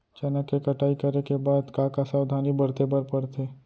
चना के कटाई करे के बाद का का सावधानी बरते बर परथे?